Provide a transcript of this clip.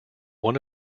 one